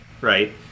right